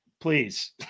please